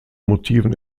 motiven